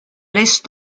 laissent